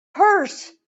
purse